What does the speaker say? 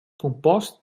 compost